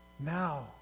Now